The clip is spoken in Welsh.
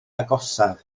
agosaf